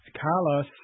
Carlos